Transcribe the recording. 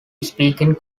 speaking